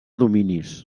dominis